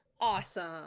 Awesome